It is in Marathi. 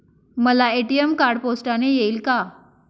मला ए.टी.एम कार्ड पोस्टाने येईल का?